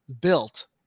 built